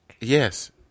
Yes